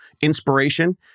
Inspiration